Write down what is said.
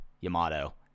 Yamato